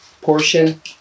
portion